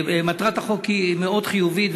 מטרת החוק היא מאוד חיובית,